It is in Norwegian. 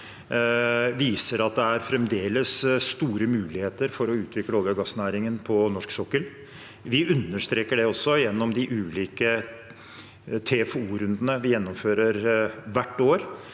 viser at det fremdeles er store muligheter for å utvikle olje- og gassnæringen på norsk sokkel. Vi understreker det også gjennom de ulike TFO-rundene vi gjennomfører hvert år,